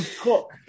cook